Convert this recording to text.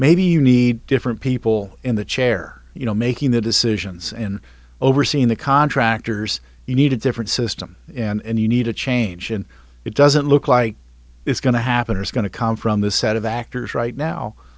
maybe you need different people in the chair you know making the decisions and overseeing the contractors you need a different system and you need a change and it doesn't look like it's going to happen is going to come from the set of actors right now